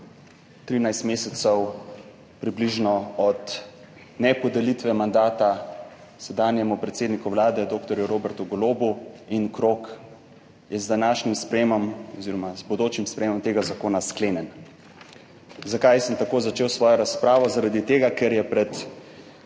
13 mesecev od nepodelitve mandata sedanjemu predsedniku Vlade dr. Robertu Golobu in krog je z današnjim sprejemom oziroma z bodočim sprejemom tega zakona sklenjen. Zakaj sem tako začel svojo razpravo? Zaradi tega, ker je pred